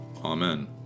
Amen